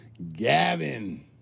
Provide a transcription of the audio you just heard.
Gavin